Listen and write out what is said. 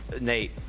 Nate